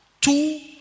two